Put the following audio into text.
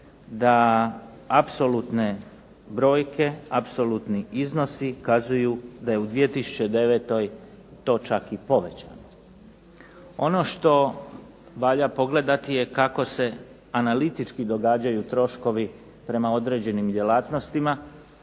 da apsolutne brojke, apsolutni iznosi kazuju da je u 2009. to čak i povećano. Ono što valja pogledati je kako se analitički događaju troškovi prema određenim djelatnostima,